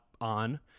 on